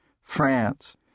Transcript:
France